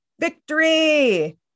Victory